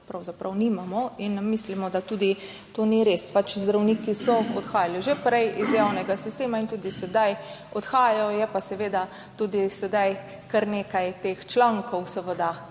pravzaprav nimamo in mislimo, da to tudi ni res. Zdravniki so odhajali že prej iz javnega sistema in tudi sedaj odhajajo. Je pa seveda sedaj tudi kar nekaj teh člankov, kjer